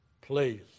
Please